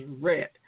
red